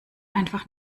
einfach